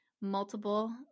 multiple